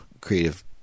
Creative